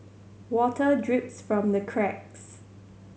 water drips from the cracks